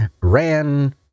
ran